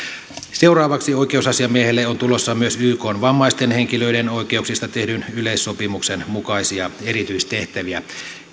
seuraavaksi oikeusasiamiehelle on tulossa myös ykn vammaisten henkilöiden oikeuksista tehdyn yleissopimuksen mukaisia erityistehtäviä